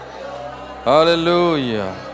Hallelujah